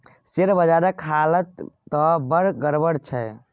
share बजारक हालत त बड़ गड़बड़ छै